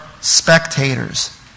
spectators